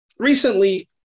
Recently